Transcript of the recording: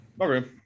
Okay